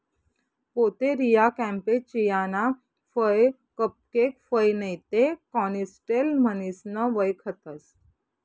Pouteria campechiana फय cupcake फय नैते कॅनिस्टेल म्हणीसन वयखतंस